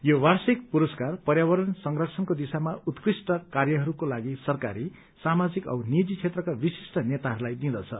यो वार्षिक पुरस्कार पर्यावरण संरक्षणको दिशामा उत्कृष्ट कार्यहरूका लागि सरकारी सामाजिक औ निजी क्षेत्रका विशिष्ट नेताहरूलाई दिँदछ